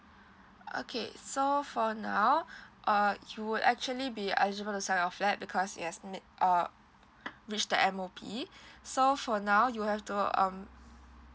okay so for now uh you would actually be eligible to sign off that because you've uh reach the M_O_B so for now you have to um